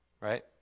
Right